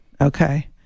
okay